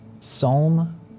Psalm